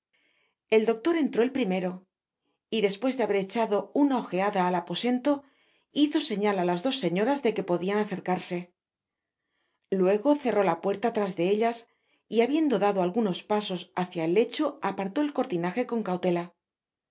el doctor entró el primero y despues de haber echado una ojeada en el aposento hizo señal á las dos señoras de que podian acercarse luego cerró la puerta trás de ellas y habiendo dado algunos pasos hacia el lecho apartó el cortinaje con cautela